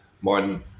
Martin